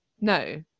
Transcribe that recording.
No